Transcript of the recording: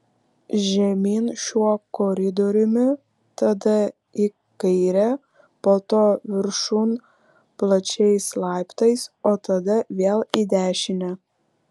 žemyn šiuo koridoriumi tada į kairę po to viršun plačiais laiptais o tada vėl į dešinę